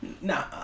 nah